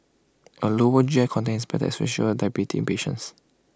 A lower G I content is better especially diabetes patients